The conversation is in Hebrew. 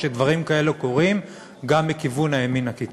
כשדברים כאלו קורים גם מכיוון הימין הקיצוני.